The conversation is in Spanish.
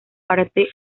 parte